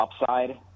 upside